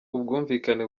ubwumvikane